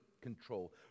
control